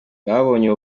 babonye